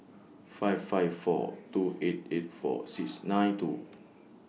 five five four two eight eight four six nine two